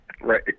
Right